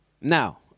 Now